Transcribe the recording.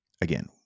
Again